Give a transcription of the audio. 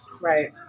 Right